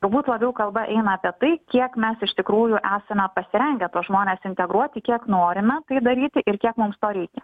galbūt labiau kalba eina apie tai kiek mes iš tikrųjų esame pasirengę tuos žmones integruoti kiek norime tai daryti ir kiek mums to reikia